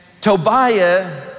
Tobiah